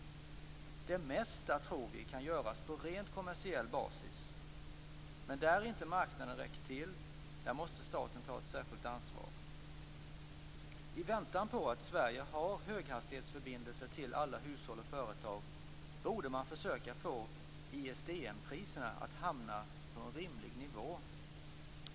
Det mesta tror vi kan göras på rent kommersiell basis. Men där inte marknaden räcker till måste staten ta ett särskilt ansvar. I väntan på att alla hushåll och företag i Sverige får höghastighetsförbindelser borde man försöka få ISDN-priserna att hamna på en rimlig nivå.